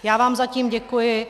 Já vám zatím děkuji.